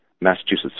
Massachusetts